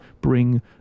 bring